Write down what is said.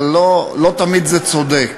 אבל לא תמיד זה צודק.